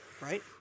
right